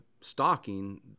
stocking